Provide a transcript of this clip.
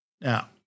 Now